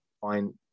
fine